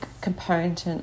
component